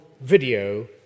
video